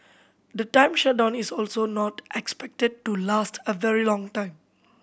the shutdown is also not expected to last a very long time